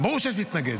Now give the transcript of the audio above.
ברור שיש מתנגד.